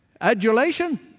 adulation